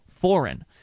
foreign